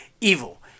Evil